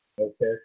Okay